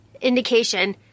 indication